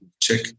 check